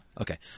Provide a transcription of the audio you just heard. Okay